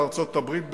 וארצות-הברית בראשן,